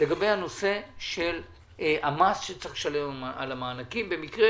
לגבי הנושא של המס שצרך לשלם על המענקים במקרה